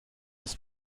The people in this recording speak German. ist